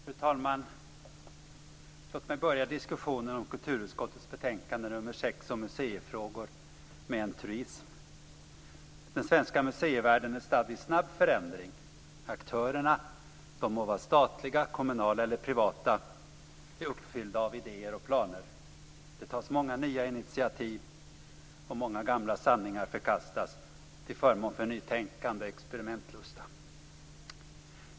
Fru talman! Låt mig börja diskussionen om kulturutskottets betänkande nr 6 om museifrågor med en truism: Den svenska museivärlden är stadd i snabb förändring. Aktörerna, de må vara statliga, kommunala eller privata, är uppfyllda av idéer och planer. Det tas många nya initiativ och många gamla sanningar förkastas till förmån för nytänkande och experimentlusta.